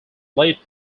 late